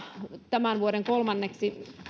tämän vuoden kolmanneksi